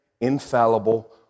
infallible